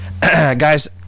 guys